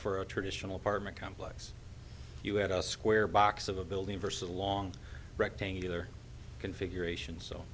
for a traditional apartment complex you had a square box of a building versus a long rectangular configuration so